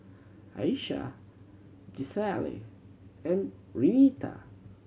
Ayesha Gisselle and Renita